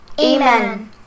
Amen